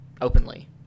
openly